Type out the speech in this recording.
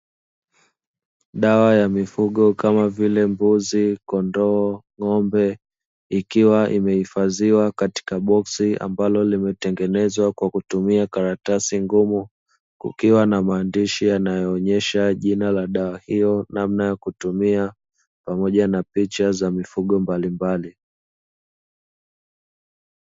Dawa ya mifugo kama vile mbuzi, kondoo, ng'ombe, ikiwa imehifadhiwa katika boksi ambalo limetengenezwa kwa kutumia karatasi ngumu, kukiwa na maandishi yanayoonyesha jina la dawa hiyo namna ya kutumia pamoja na picha za mifugo mbalimbali.